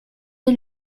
est